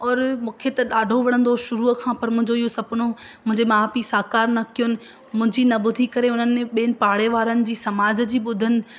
और मूंखे त ॾाढो वणंदो हुयो शुरूअ खां पर मुंहिंजो इहो सपनो मुंहिंजे माउ पीउ साकारु न कयुनि मुंहिंजी न ॿुधी करे उन्हनि ॿियनि पाड़े वारनि समाज जी ॿुधनि